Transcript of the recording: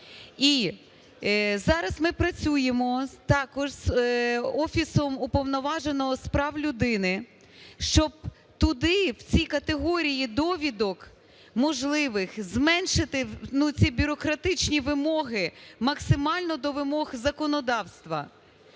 І зараз ми працюємо також з Офісом Уповноваженого з прав людини, щоб туди в ці категорії довідок можливих зменшити, ну, ці бюрократичні вимоги максимально до вимог законодавства.